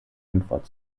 antwort